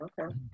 Okay